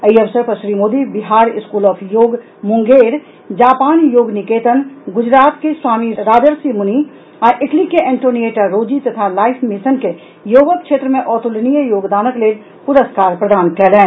एहि अवसर पर Shri Modi Bihar school of Yoga Munger Japan Yoga Niketan Gujarat के स्वामी राजर्षि मुनि आ इटली के एंटोनिएटा रोजी तथा लाइफ मिशन के योगक क्षेत्र मे अतुलनीय योगदानक लेल पुरस्कार प्रदान कयलनि